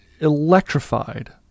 electrified